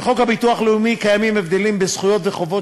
בחוק הביטוח הלאומי קיימים הבדלים בין זכויות וחובות